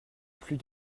plus